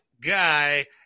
guy